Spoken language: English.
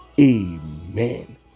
amen